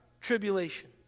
tribulation